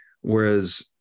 Whereas